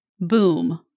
boom